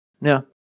Now